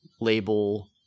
label